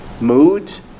moods